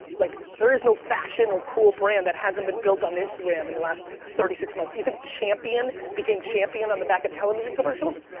like there is no fashion or cool brand that hasn't been built on instagram in the last thirty six months. you think champion became champion on the back of television commercials?